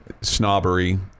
snobbery